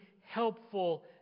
helpful